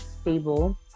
stable